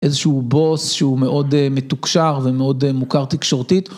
איזשהו בוס שהוא מאוד אה, מתוקשר ומאוד אה, מוכר תקשורתית.